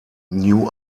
new